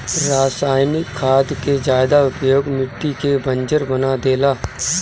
रासायनिक खाद के ज्यादा उपयोग मिट्टी के बंजर बना देला